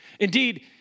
Indeed